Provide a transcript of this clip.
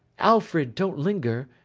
alfred, don't linger.